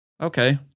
okay